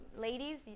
Ladies